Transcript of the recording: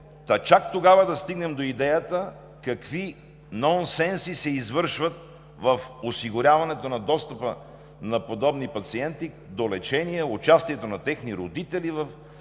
та чак тогава да стигнем до идеята какви нонсенси се извършват в осигуряването на достъпа на подобни пациенти до лечение, участието на техни родители в